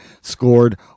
scored